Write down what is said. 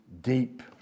deep